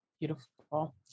Beautiful